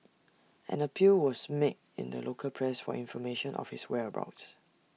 an appeal was made in the local press for information of his whereabouts